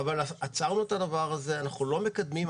עצרנו את הדבר הזה, אנחנו לא מקדמים.